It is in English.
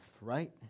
right